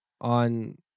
on